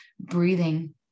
breathing